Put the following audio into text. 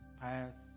past